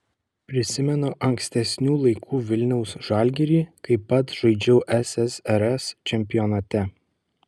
prisimenu ankstesnių laikų vilniaus žalgirį kai pats žaidžiau ssrs čempionate